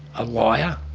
a liar